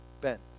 bent